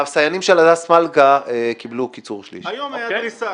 הסייענים של הדס מלכה קיבלו קיצור שליש -- היום הייתה דריסה.